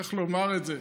איך לומר את זה?